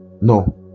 no